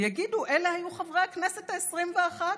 ויגידו: אלה היו חברי הכנסת העשרים-ואחת